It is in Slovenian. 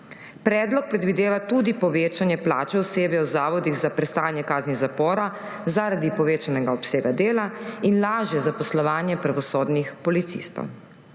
Predlog predvideva tudi povečanje plače osebja v zavodih za prestajanje kazni iz zapora zaradi povečanega obsega dela in lažje zaposlovanje pravosodnih policistov.